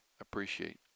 appreciate